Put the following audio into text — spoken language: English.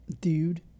Dude